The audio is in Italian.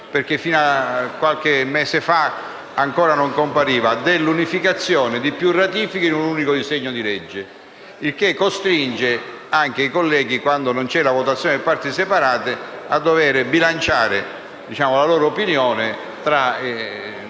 e che fino a qualche mese fa ancora non era comparsa. Mi riferisco all'unificazione di più ratifiche in un unico disegno di legge, il che costringe i colleghi, quando non c'è la votazione per parti separate, a dover bilanciare la loro opinione.